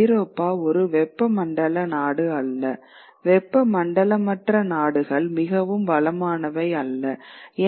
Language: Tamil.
ஐரோப்பா ஒரு வெப்பமண்டல நாடு அல்ல வெப்பமண்டலமற்ற நாடுகள் மிகவும் வளமானவை அல்ல